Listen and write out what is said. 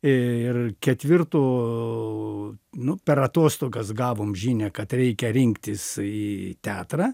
ir ketvirto nu per atostogas gavom žinią kad reikia rinktis į teatrą